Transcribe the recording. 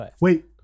Wait